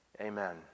amen